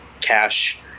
cash